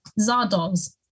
Zardoz